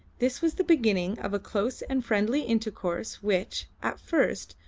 this was the beginning of a close and friendly intercourse which, at first,